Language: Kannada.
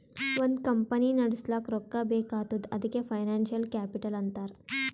ಒಂದ್ ಕಂಪನಿ ನಡುಸ್ಲಾಕ್ ರೊಕ್ಕಾ ಬೇಕ್ ಆತ್ತುದ್ ಅದಕೆ ಫೈನಾನ್ಸಿಯಲ್ ಕ್ಯಾಪಿಟಲ್ ಅಂತಾರ್